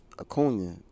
Acuna